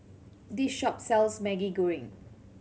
this shop sells Maggi Goreng